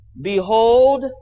Behold